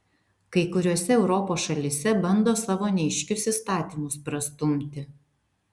kai kuriose europos šalyse bando savo neaiškius įstatymus prastumti